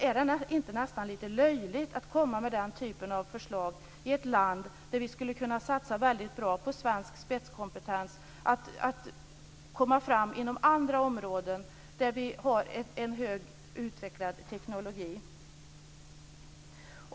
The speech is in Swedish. Är det inte nästan lite löjligt att komma med den typen av förslag i ett land där vi skulle kunna satsa väldigt bra på svensk spetskompetens och komma fram inom andra områden, där vi har en högt utvecklad teknologi?